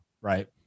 Right